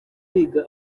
biga